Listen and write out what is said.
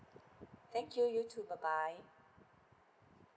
thank you you too bye bye